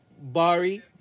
Bari